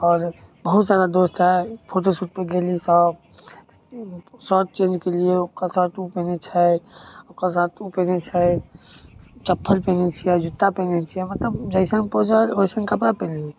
आओर बहुत सारा दोस्त आएल फोटोशूटपर गेली तब कि भेल कि शर्ट चेन्ज केलिए ओकर टैटू तऽ नहि छै ओकर बाद पेन्है छै चप्पल पेन्है छिए जुत्ता पेन्है छिए मतलब जइसन पोजर ओइसन कपड़ा पेन्हली